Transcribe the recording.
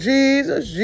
Jesus